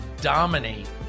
dominate